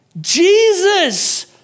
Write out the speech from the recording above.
Jesus